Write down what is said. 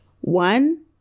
One